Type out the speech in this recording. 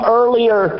earlier